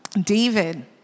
David